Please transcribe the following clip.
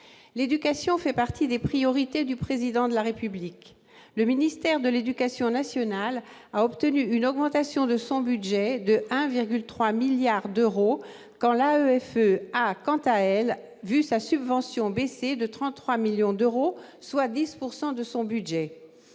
L'éducation fait partie des priorités du Président de la République. Le ministère de l'éducation nationale a obtenu une augmentation de son budget de 1,3 milliard d'euros, quand l'AEFE a, quant à elle, vu sa subvention baisser de 33 millions d'euros, soit 10 % de son budget.